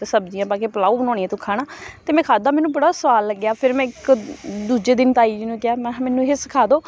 'ਚ ਸਬਜ਼ੀਆਂ ਪਾ ਕੇ ਪਲਾਓ ਬਣਾਉਂਦੀ ਹਾਂ ਤੂੰ ਖਾਣਾ ਅਤੇ ਮੈਂ ਖਾਧਾ ਮੈਨੂੰ ਬੜਾ ਸਵਾਦ ਲੱਗਿਆ ਫਿਰ ਮੈਂ ਇੱਕ ਦੂਜੇ ਦਿਨ ਤਾਈ ਜੀ ਨੂੰ ਕਿਹਾ ਮੈਂ ਹਾਂ ਮੈਨੂੰ ਇਹ ਸਿਖਾ ਦਿਓ